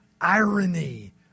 irony